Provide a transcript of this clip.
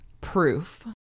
proof